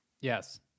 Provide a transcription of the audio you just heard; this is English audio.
Yes